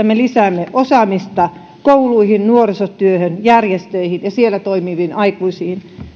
me lisäämme osaamista kouluihin nuorisotyöhön järjestöihin ja siellä toimiviin aikuisiin